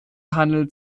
handelt